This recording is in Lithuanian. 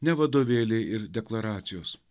ne vadovėliai ir deklaracijos